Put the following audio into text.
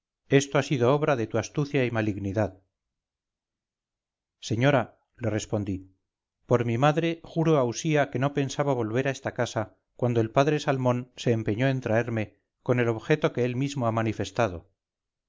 esto ha sido obra de tu astucia y malignidad señora le respondí por mi madre juro a usía que no pensaba volver a esta casa cuando el padre salmón se empeñó en traerme con el objeto que él mismo ha manifestado